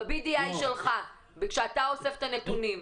ב-BDI שלך, כשאתה אוסף את הנתונים.